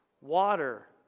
Water